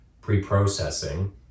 pre-processing